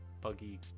Buggy